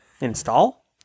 Install